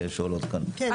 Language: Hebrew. כן.